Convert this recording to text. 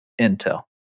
intel